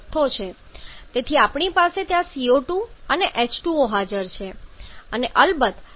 તેથી આપણી પાસે ત્યાં CO2 અને H2O હાજર છે અને અલબત્ત અમુક માત્રામાં નાઇટ્રોજન છે